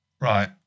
Right